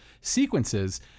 sequences